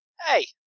Hey